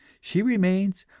she remains,